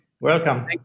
Welcome